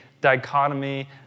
dichotomy